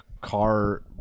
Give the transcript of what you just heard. car